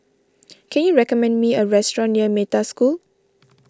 can you recommend me a restaurant near Metta School